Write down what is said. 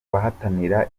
bahatanira